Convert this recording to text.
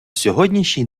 сьогоднішній